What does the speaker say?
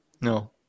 No